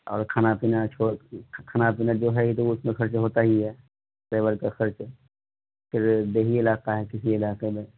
اور کھانا پینا چھوڑ کھانا پینا جو ہے تو وہ اس میں خرچ ہوتا ہی ہے ٹریول کا خرچ پھر دیہی علاقہ ہے کسی علاقے میں